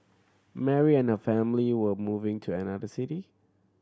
Mary and her family were moving to another city